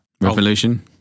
Revolution